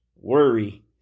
Worry